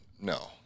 no